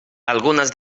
algunes